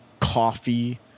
coffee